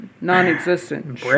non-existent